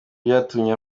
byatumye